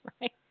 right